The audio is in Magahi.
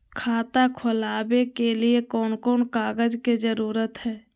खाता खोलवे के लिए कौन कौन कागज के जरूरत है?